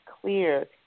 clear